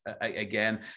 again